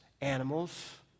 Animals